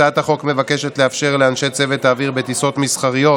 הצעת החוק מבקשת לאפשר לאנשי צוות אוויר בטיסות מסחריות,